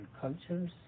cultures